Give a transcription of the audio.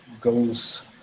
goes